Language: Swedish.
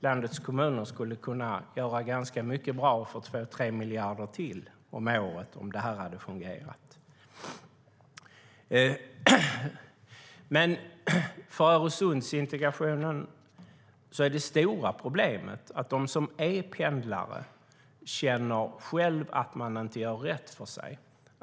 Landets kommuner skulle kunna göra ganska mycket bra för 2-3 miljarder till om året om detta hade fungerat. För Öresundsintegrationen är det stora problemet att de som är pendlare känner att de inte gör rätt för sig.